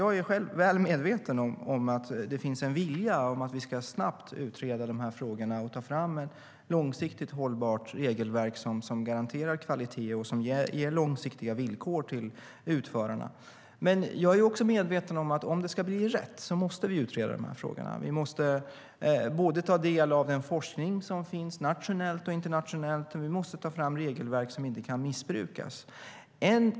Jag är väl medveten om att det finns en vilja att vi snabbt ska utreda frågorna och ta fram ett långsiktigt hållbart regelverk som garanterar kvaliteten och ger långsiktiga villkor till utförarna. Jag är också medveten om att för att det ska bli rätt måste vi utreda frågorna. Vi måste ta del av den forskning som finns nationellt och internationellt, och vi måste ta fram regelverk som inte kan missbrukas.